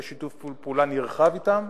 יש שיתוף פעולה נרחב אתם,